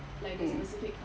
mmhmm